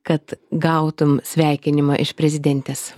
kad gautum sveikinimą iš prezidentės